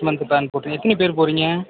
next month plan போட்டு எத்தினி பேர் போகறிங்க